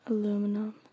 Aluminum